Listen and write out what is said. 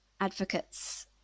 advocates